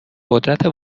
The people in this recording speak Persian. قدرت